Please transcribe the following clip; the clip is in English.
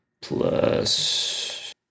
plus